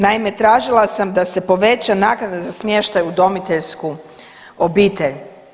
Naime, tražila sam da se poveća naknada za smještaj u udomiteljsku obitelj.